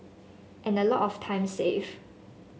and a lot of time saved